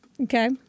Okay